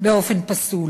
באופן פסול,